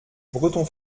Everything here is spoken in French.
breton